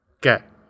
get